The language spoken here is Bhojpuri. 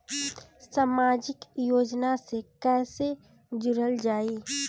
समाजिक योजना से कैसे जुड़ल जाइ?